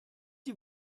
die